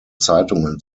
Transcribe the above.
zeitungen